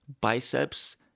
biceps